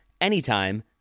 anytime